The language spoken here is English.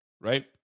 Right